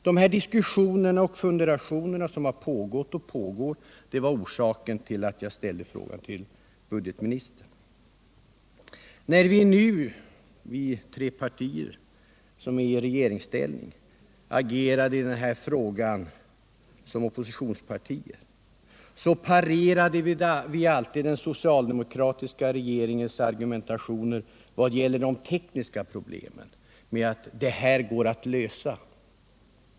Dessa diskussioner och funderingar, som pågått och pågår, var orsaken till att jag ställde frågan till budgetministern. När våra tre partier som nu är i regeringsställning agerade i denna fråga som oppositionspartier, parerade vi alltid den socialdemokratiska regeringens argumentationer vad gäller de tekniska problemen med att ”det här går att lösa”.